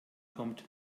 kommt